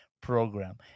program